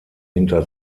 hinter